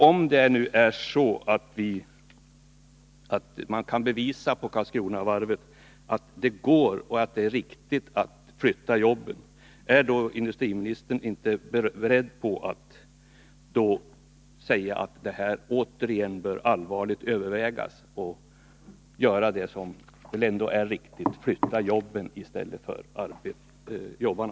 Om det nu är så att man vid Karlskronavarvet kan bevisa att det går och att det är riktigt att flytta jobben, är då inte 49 industriministern beredd att säga att detta återigen allvarligt bör övervägas och att man gör det som är det riktiga, nämligen att flytta jobben i stället för jobbarna?